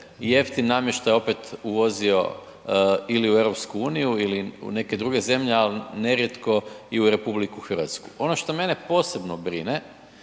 jeftin namještaj opet uvozio ili u EU ili neke druge zemlje ali nerijetko i u RH. Ono što mene posebno brine